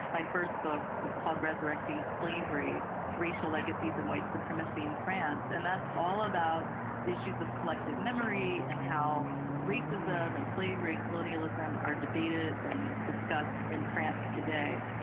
my first book is called resurrecting slavery racial legacies and white supremacy in france, and that's all about issues of collective memory, and how racism and slavery and colonialism are debated and discussed in france today.